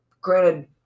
granted